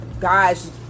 guys